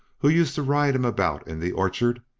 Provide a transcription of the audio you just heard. who used to ride him about in the orchard,